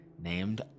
named